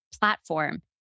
platform